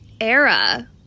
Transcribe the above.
era